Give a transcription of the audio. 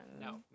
No